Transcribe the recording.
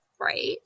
right